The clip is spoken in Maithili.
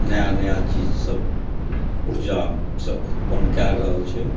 नया नया चीज सब ऊर्जासँ उत्पन्न कए रहल छै